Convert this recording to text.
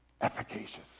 efficacious